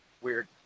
weird